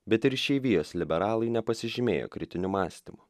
bet ir išeivijos liberalai nepasižymėjo kritiniu mąstymu